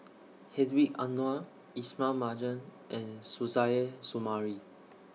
Hedwig Anuar Ismail Marjan and Suzairhe Sumari